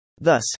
Thus